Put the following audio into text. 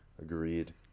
Agreed